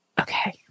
okay